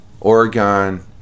Oregon